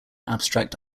abstract